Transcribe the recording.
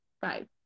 five